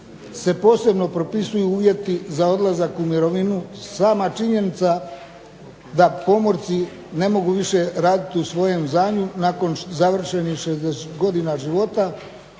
se posebno propisuju uvjeti za odlazak u mirovinu. Sama činjenica da pomorci ne mogu više raditi u svojem zvanju nakon završenih 60 godina života,